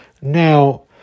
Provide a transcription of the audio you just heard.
Now